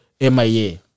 MIA